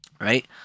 Right